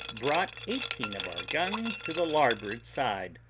brought eighteen of our guns to the larboard side,